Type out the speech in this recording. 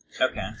okay